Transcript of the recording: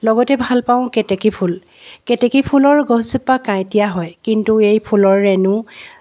লগতে ভাল পাওঁ কেতেকী ফুল কেতেকী ফুলৰ গছজোপা কাঁইটীয়া হয় কিন্তু এই ফুলৰ ৰেণু